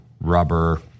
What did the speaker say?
rubber